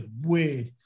Weird